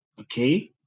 okay